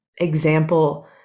example